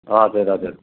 हजुर हजुर